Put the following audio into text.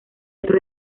otro